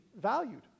valued